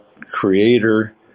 creator